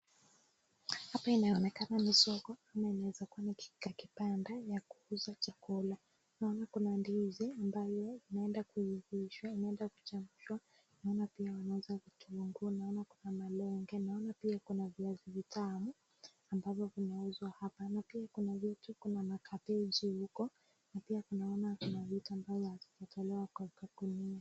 Hapa inaonekana ni soko ama inaweza kuwa ni kakibanda ya kuuza chakula, naona kuna ndizi ambayo inaenda kuivishwa inaweza kuchemshwa, naona pia wanauza vitunguu naona kuna malenge, naona pia kuna vizai vitamu, amabvyo vinauzwa hapa na pia kuna vitu kama kabegi huko, na pia tunaona kuna vitu mabazo hazijatolewa kwa kagunia.